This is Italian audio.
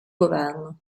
governo